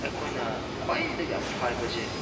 ꯑꯩꯈꯣꯏꯅ ꯈ꯭ꯋꯥꯏꯗꯒꯤ ꯑꯐꯕꯁꯦ